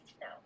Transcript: no